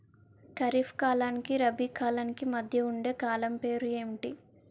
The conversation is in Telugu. ఖరిఫ్ కాలానికి రబీ కాలానికి మధ్య ఉండే కాలం పేరు ఏమిటి?